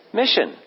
mission